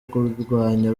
kurwanya